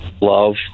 Love